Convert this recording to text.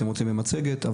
אבל